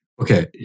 Okay